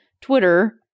Twitter